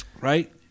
Right